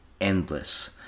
endless